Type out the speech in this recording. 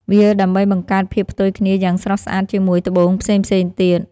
វាដើម្បីបង្កើតភាពផ្ទុយគ្នាយ៉ាងស្រស់ស្អាតជាមួយត្បូងផ្សេងៗទៀត។